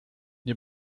nie